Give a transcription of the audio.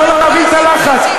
אפשר להבין את הלחץ.